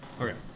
Okay